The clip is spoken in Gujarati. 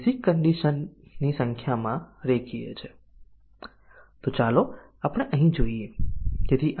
તેથી જો n10 છે તો આપણને 1024 ટેસ્ટીંગ ના કેસોની જરૂર છે